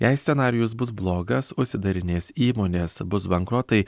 jei scenarijus bus blogas užsidarinės įmonės bus bankrotai